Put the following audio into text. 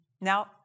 Now